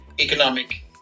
economic